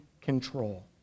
control